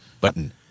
button